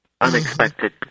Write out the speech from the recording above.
unexpected